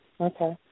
Okay